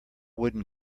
wooden